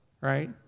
right